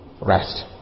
rest